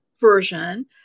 version